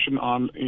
on